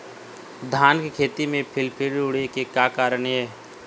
धान के खेती म फिलफिली उड़े के का कारण हे?